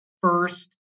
first